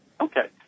Okay